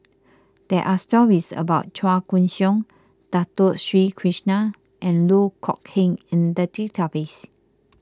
there are stories about Chua Koon Siong Dato Sri Krishna and Loh Kok Heng in the database